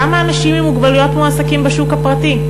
כמה אנשים עם מוגבלויות מועסקים בשוק הפרטי?